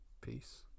Peace